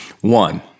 One